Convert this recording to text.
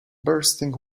bursting